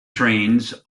trains